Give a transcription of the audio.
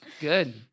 Good